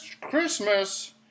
Christmas